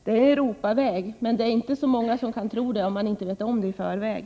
Det är Europaväg, men det är inte så många som kan tro det, om man inte vet om det i förväg.